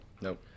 Nope